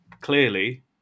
Clearly